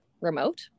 remote